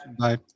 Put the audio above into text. Bye